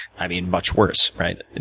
i mean, much worse, right?